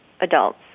adults